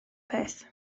peth